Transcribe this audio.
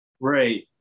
Right